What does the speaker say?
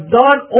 done